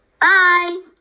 Bye